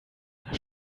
einer